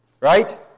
right